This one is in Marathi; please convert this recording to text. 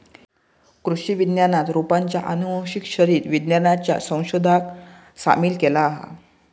कृषि विज्ञानात रोपांच्या आनुवंशिक शरीर विज्ञानाच्या संशोधनाक सामील केला हा